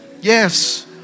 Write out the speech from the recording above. Yes